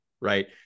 right